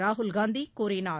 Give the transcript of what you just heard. ராகுல்காந்தி கூறினார்